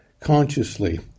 consciously